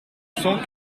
cent